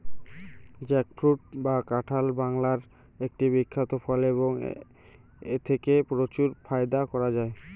jackfruit বা কাঁঠাল বাংলার একটি বিখ্যাত ফল এবং এথেকে প্রচুর ফায়দা করা য়ায়